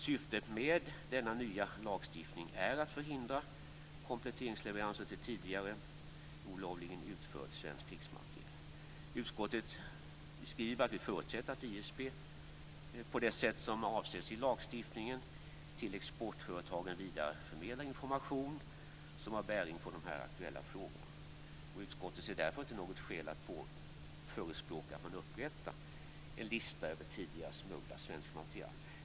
Syftet med den nya lagstiftningen är att förhindra kompletteringsleveranser till tidigare olovligt utförd svensk krigsmateriel. Utskottet skriver att man förutsätter att ISP på det sätt som avses i lagstiftningen vidareförmedlar till exportföretagen information som har bäring på de här aktuella frågorna. Utskottet ser därför inte något skäl att förespråka att man upprättar en lista över tidigare smugglad svensk materiel.